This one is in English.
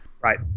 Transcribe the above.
right